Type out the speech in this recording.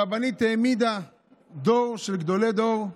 הרבנית העמידה דור של גדולי דור,